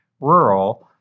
rural